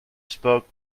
spoke